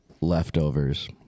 Leftovers